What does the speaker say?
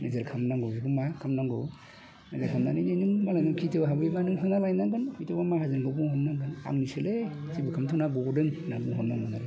नोजोर खामनांगौ बेखौ मा खामनांगौ नोजोर खामनानै नों मालायनि खेथिआव हाबोबा नों होना लायनांगोन माहाजोनखौ बुंहरनांगोन आंनिसोलै जेबो खामनाङा गदों होननांगोन